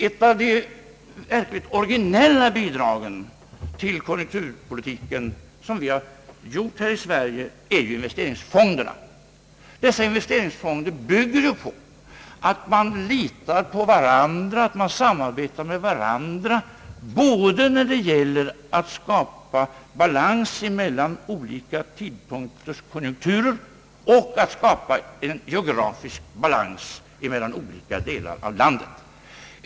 Ett av de verkligt originella bidragen till konjunkturpolitiken som vi har gjort i Sverige är investeringsfonderna. Dessa investeringsfonder bygger på att man litar på varandra och samarbetar med varandra både när det gäller att skapa balans i konjunkturerna vid olika tidpunkter och när det gäller att skapa en geografisk balans mellan olika delar av landet.